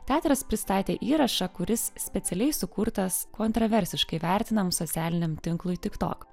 teatras pristatė įrašą kuris specialiai sukurtas kontroversiškai vertinams socialiniam tinklui tik tok